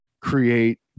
create